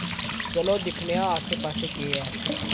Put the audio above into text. चलो दिक्खनेआं आस्सै पास्सै केह् ऐ